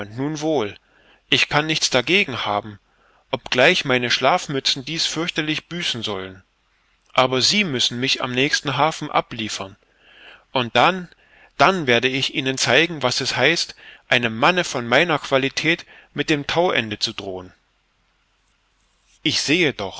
nun wohl ich kann nichts dagegen haben obgleich meine schlafmützen dies fürchterlich büßen sollen aber sie müssen mich am nächsten hafen abliefern und dann dann werde ich ihnen zeigen was es heißt einem manne von meiner qualität mit dem tauende zu drohen ich sehe